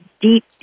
deep